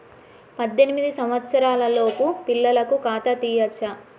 పద్దెనిమిది సంవత్సరాలలోపు పిల్లలకు ఖాతా తీయచ్చా?